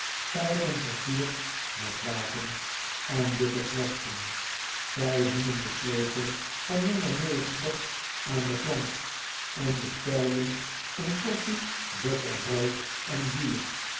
pijpen versierd met wapens en dikke kwasten zij hingen den sleutel van no aan de plank en bestelden een portie butterbrot en bier